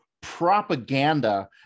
propaganda